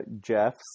Jeff's